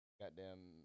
goddamn